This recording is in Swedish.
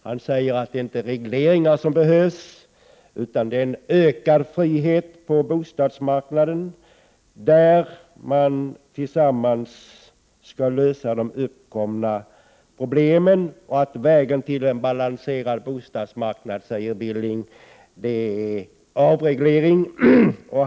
Han säger att det inte är regleringar som behövs utan att det är en ökad frihet på bostadsmarknaden, där man tillsammans skall lösa de uppkommande problemen. Och han säger att vägen till en balanserad bostadsmarknad är avreglering.